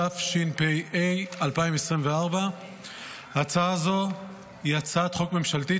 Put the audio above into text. התשפ"ה 2024. הצעה זו היא הצעת חוק ממשלתית,